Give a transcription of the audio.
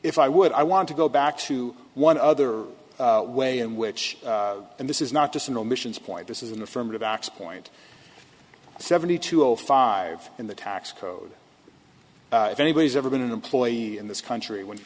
if i would i want to go back to one other way in which and this is not just an emissions point this is an affirmative access point seventy two zero five in the tax code if anybody's ever been an employee in this country when you